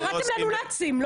קראתם לנו "נאצים".